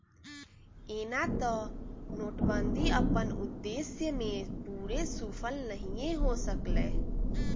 एना तऽ नोटबन्दि अप्पन उद्देश्य में पूरे सूफल नहीए हो सकलै